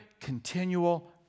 continual